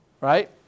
Right